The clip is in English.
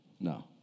No